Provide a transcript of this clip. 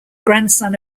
grandson